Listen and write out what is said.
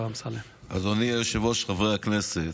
אדוני היושב-ראש, חברי הכנסת,